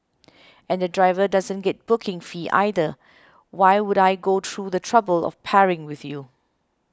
and the driver doesn't get booking fee either why would I go through the trouble of pairing with you